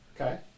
Okay